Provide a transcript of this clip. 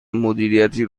مدیریتی